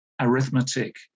arithmetic